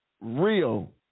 Real